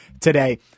today